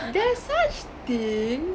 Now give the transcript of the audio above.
there's such thing